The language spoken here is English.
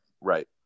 Right